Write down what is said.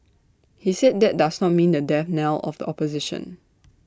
he said that does not mean the death knell of the opposition